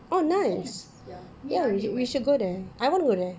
oh nice ya we should go there I wanna go there